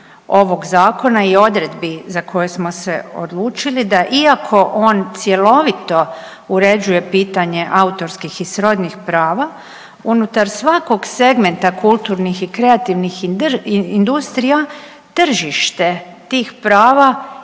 ovog zakona i odredbi za koje smo se odlučili da iako on cjelovito uređuje pitanje autorskih i srodnih prava, unutar svakog segmenta kulturnih i kreativnih industrija, tržište tih prava